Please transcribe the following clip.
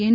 N